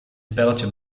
spelletje